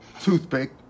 toothpick